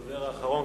הדובר האחרון,